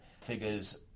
figures